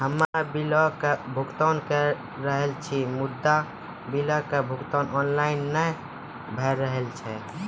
हम्मे बिलक भुगतान के रहल छी मुदा, बिलक भुगतान ऑनलाइन नै भऽ रहल छै?